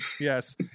yes